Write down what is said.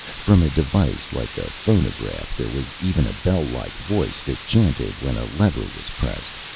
from a device like a phonograph, there was even a bell-like voice that chanted when a lever was pressed.